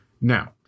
Now